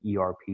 ERP